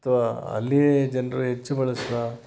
ಅಥವಾ ಅಲ್ಲಿಯೇ ಜನರು ಹೆಚ್ಚ್ ಬಳಸುವ